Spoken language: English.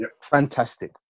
Fantastic